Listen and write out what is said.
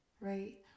Right